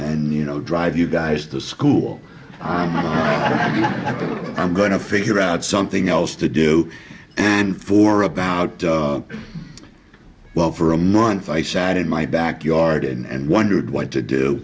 and you know drive you guys to school tomorrow i'm going to figure out something else to do and for about well for a month i sat in my backyard and wondered what to do